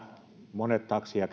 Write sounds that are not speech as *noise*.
monet meistä taksia *unintelligible*